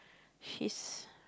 his